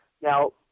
Now